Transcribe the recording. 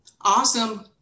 Awesome